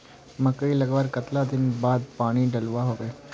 मकई लगवार कतला दिन बाद पानी डालुवा होचे?